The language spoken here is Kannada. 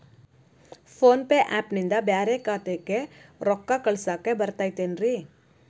ಫೋನ್ ಪೇ ಆ್ಯಪ್ ನಿಂದ ಬ್ಯಾರೆ ಖಾತೆಕ್ ರೊಕ್ಕಾ ಕಳಸಾಕ್ ಬರತೈತೇನ್ರೇ?